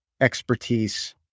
expertise